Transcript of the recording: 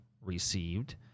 received